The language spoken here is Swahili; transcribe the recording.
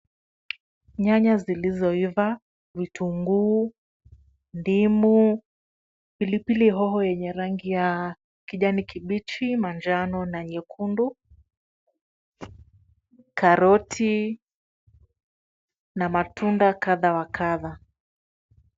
Nyanya zilizoiva, vitunguu, ndimu, pilipili hoho yenye rangi ya kijani kibichi, manjano na nyekundu, karoti na matunda kadha wa kadha.